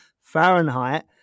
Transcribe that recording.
Fahrenheit